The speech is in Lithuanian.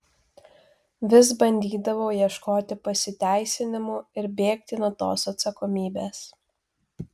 vis bandydavau ieškoti pasiteisinimų ir bėgti nuo tos atsakomybės